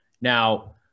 Now